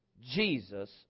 Jesus